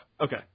Okay